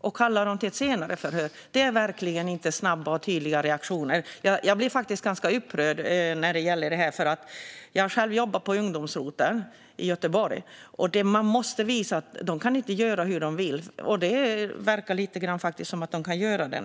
och kallar dem till förhör senare. Det är verkligen inte snabba och tydliga reaktioner. Jag blir faktiskt ganska upprörd över detta. Jag har själv jobbat på ungdomsroteln i Göteborg och vet att man måste visa att de inte kan göra hur de vill. Nu verkar det lite grann som om de kan göra det.